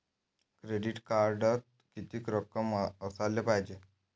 Credit कार्डात कितीक रक्कम असाले पायजे?